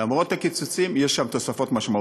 למרות הקיצוצים יש שם תוספות משמעותיות.